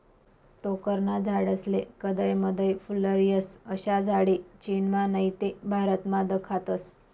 टोक्करना झाडेस्ले कदय मदय फुल्लर येस, अशा झाडे चीनमा नही ते भारतमा दखातस